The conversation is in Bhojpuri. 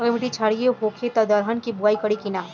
अगर मिट्टी क्षारीय होखे त दलहन के बुआई करी की न?